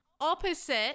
Opposite